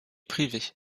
privées